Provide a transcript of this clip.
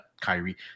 Kyrie